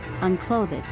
unclothed